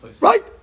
Right